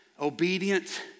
obedient